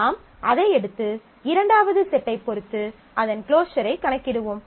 நாம் அதை எடுத்து இரண்டாவது செட்டைப் பொறுத்து அதன் க்ளோஸரைக் கணக்கிடுவோம்